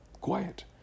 quiet